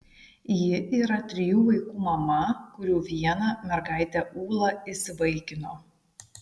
ji yra trijų vaikų mama kurių vieną mergaitę ūlą įsivaikino